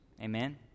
Amen